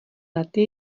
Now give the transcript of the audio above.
lety